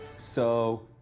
so,